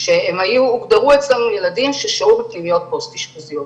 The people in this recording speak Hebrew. שהוגדרו אצלנו ילדים ששהו בפנימיות פוסט אשפוזיות.